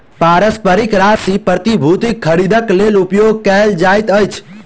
पारस्परिक राशि प्रतिभूतिक खरीदक लेल उपयोग कयल जाइत अछि